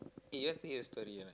eh you want to hear a story or not